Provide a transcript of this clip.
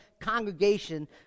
congregation